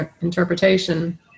interpretation